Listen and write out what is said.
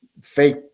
Fake